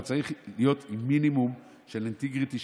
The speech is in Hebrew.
אתה צריך להיות עם מינימום של אינטגריטי,